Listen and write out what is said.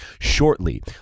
shortly